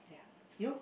yeah you